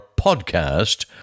podcast